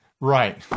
right